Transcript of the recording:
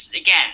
again